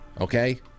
Okay